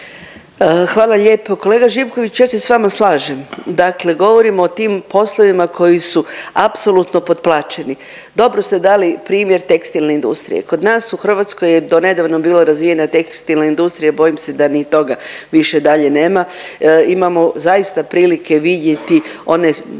Hvala lijepo. Kolega Živković ja se s vama slažem, dakle govorimo o tim poslovima koji su apsolutno potplaćeni. Dobro ste dali primjer tekstilne industrije, kod nas u Hrvatskoj je donedavno bila razvijena tekstilna industrija, bojim se da ni toga više dalje nema. Imamo zaista prilike vidjeti one